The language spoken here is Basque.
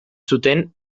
zuten